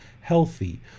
healthy